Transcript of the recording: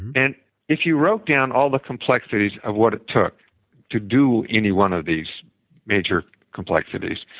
and if you wrote down all the complexities of what it took to do any one of these major complexities,